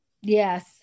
Yes